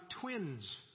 twins